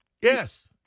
Yes